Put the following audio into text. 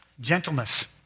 Gentleness